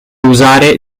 usare